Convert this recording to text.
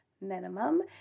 minimum